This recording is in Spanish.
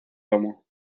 lomo